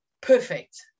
Perfect